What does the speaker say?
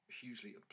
hugely